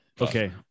Okay